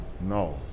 No